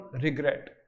regret